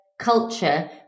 culture